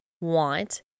want